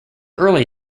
early